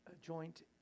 joint